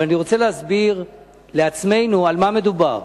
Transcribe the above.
אבל אני רוצה להסביר על מה מדובר.